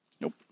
Nope